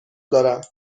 دارم